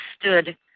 stood